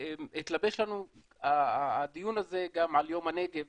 התלבש לנו הדיון הזה גם על יום הנגב